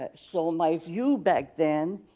ah so my view back then,